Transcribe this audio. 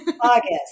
August